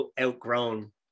outgrown